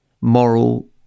moral